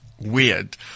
Weird